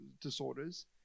disorders